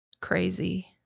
crazy